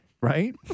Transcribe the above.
right